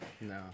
No